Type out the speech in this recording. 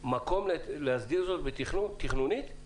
מקום להסדיר זאת תכנונית?